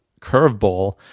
curveball